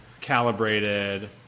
calibrated